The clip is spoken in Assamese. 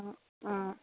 অঁ অঁ